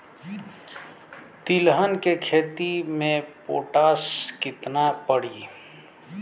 तिलहन के खेती मे पोटास कितना पड़ी?